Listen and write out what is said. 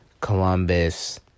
Columbus